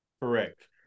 Correct